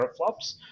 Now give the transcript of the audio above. teraflops